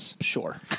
sure